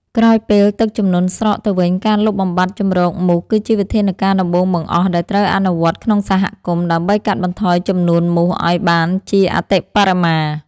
ក្រោយពេលទឹកជំនន់ស្រកទៅវិញ ការលុបបំបាត់ជម្រកមូសគឺជាវិធានការដំបូងបង្អស់ដែលត្រូវអនុវត្តក្នុងសហគមន៍ ដើម្បីកាត់បន្ថយចំនួនមូសឱ្យបានជាអតិបរមា។